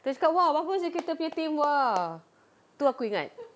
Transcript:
kita cakap !wah! bagusnya kita punya team !wah! itu aku ingat